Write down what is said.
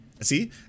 see